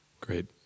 Great